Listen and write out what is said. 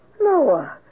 Noah